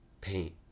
paint